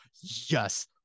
yes